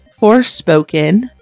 Forspoken